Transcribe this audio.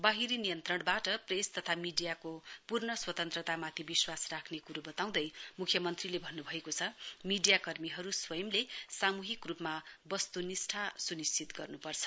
बाहिरी नियान्त्रणबाट प्रेस तथा मीडियाको पूर्ण स्वत्न्त्रतामाथि विश्वास राख्ने क्रो बताउँदै म्ख्यमन्त्रीले भन्न्भएको छ मीडियाकर्मीहरू स्वयले सामूहिक रूपमा बस्तुनिष्ठा स्निश्चित गर्न्पर्छ